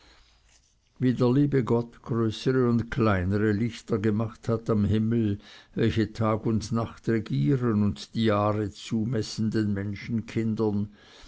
der liebe gott größere und kleinere lichter gemacht hat am himmel welche tag und nacht regieren und die jahre zumessen den